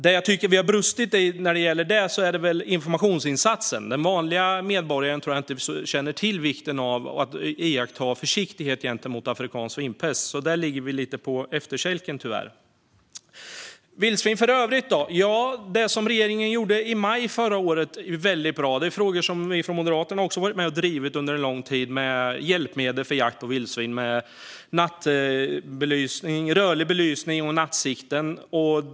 Det jag tycker att vi har brustit i när det gäller detta är informationsinsatsen - jag tror inte att den vanliga medborgaren känner till vikten av att iaktta försiktighet gentemot afrikansk svinpest. Där ligger vi tyvärr lite på efterkälken. Hur är det då med vildsvin i övrigt? Ja, det som regeringen gjorde i maj förra året var väldigt bra. Detta är frågor som vi från Moderaterna också har varit med och drivit under en lång tid. Det handlar om hjälpmedel för jakt på vildsvin och om rörlig belysning och nattsikte.